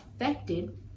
affected